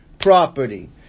property